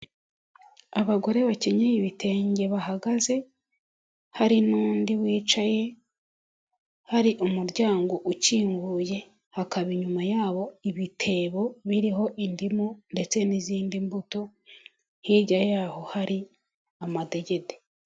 Abagore bakenyeye ibitenge, bahagaze, hari n'undi wicaye, hari umuryango ukinguye, hakaba inyuma yabo ibitebo biriho indimu ndetse n'izindi mbuto, hirya yaho hari amadegede.